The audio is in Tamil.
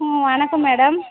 ஆ வணக்கம் மேடம்